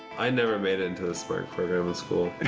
i never made it into the smart program in school.